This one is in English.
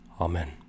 Amen